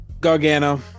Gargano